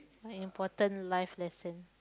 one important life lesson